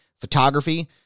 Photography